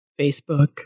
Facebook